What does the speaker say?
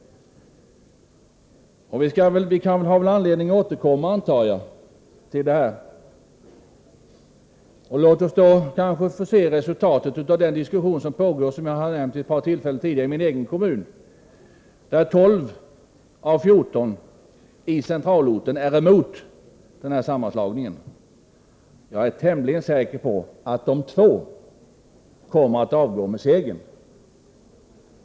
Jag antar att vi får anledning att återkomma till detta. Låt oss först få se resultatet av den diskussion som pågår. I min egen kommun är tolv av fjorton i centralorten emot den här sammanslagningen. Jag är tämligen säker på att de två kommer att avgå med segern.